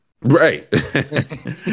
Right